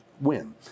win